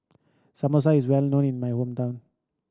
Samosa is well known in my hometown